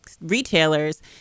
retailers